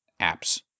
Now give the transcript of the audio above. apps